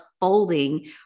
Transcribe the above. folding